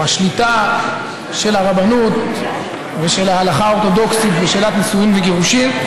השליטה של הרבנות ושל ההלכה האורתודוקסית בשאלת נישואין וגירושין,